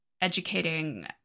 educating